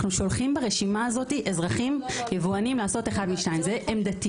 אנו שולחים ברשימה הזאת יבואנים לעשות אחד משניים זו עמדתי